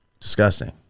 Disgusting